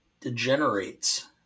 degenerates